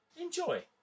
enjoy